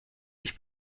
ich